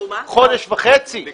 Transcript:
חודש וחצי עבר.